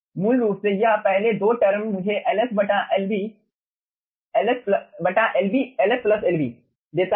मूल रूप से यह पहले 2 टर्म मुझे Ls बटा Ls Lb देता है